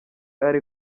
ari